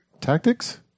Tactics